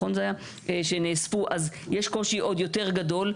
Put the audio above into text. אז יש קושי עוד יותר גדול.